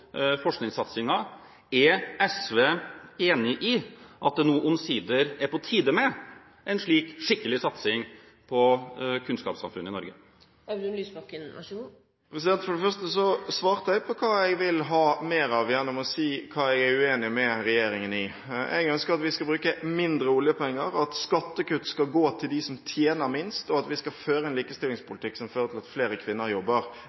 forskningssatsingen. Er SV enig i at det nå omsider er på tide med en slik skikkelig satsing på kunnskapssamfunnet i Norge? For det første svarte jeg på hva jeg vil ha mer av gjennom å si hva jeg er uenig med regjeringen i. Jeg ønsker at vi skal bruke mindre oljepenger, at skattekutt skal gå til dem som tjener minst, og at vi skal føre en likestillingspolitikk som fører til at flere kvinner jobber.